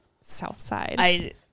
Southside